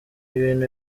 ibintu